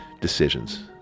decisions